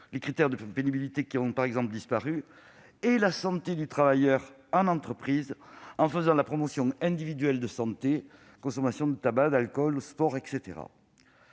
les critères de pénibilité ont par exemple disparu -et la santé du travailleur en entreprise, en faisant la promotion individuelle de la santé- consommation de tabac ou d'alcool, pratique